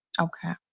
Okay